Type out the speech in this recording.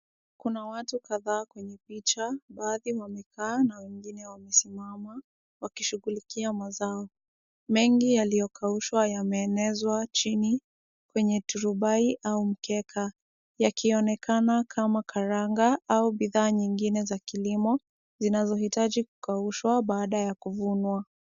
Kuna watu kadhaa kwenye picha, baadhi wamekaa na wengine wamesimama wakishughulikia mazao. Mengi yaliyokaushwa yameenezwa chini kwenye turubai au mkeka, yakionekana kama karanga au bidhaa nyingine za kilimo zinazohitaji kukaushwa baada ya kuvunwa.